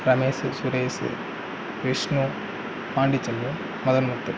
Ramesh Suresh Vishnu Pandiselvan Madan Muthu